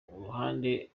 uruhande